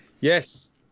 Yes